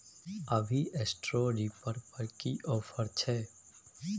अभी straw reaper पर की ऑफर छै?